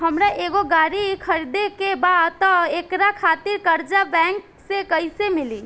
हमरा एगो गाड़ी खरीदे के बा त एकरा खातिर कर्जा बैंक से कईसे मिली?